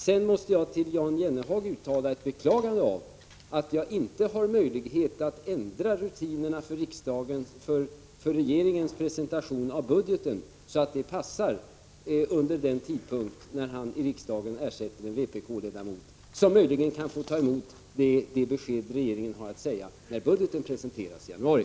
Sedan måste jag till Jan Jennehag uttala ett beklagande av att jag inte har i arns förkåjlan. möjlighet att ändra rutinerna för regeringens presentation i riksdagen av budgeten så att den passar under den tid då Jan Jennehag ersätter den vpk-ledamot som möjligen kan få ta emot det besked regeringen har att lämna när budgeten presenteras i januari.